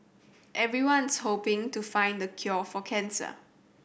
everyone's hoping to find the cure for cancer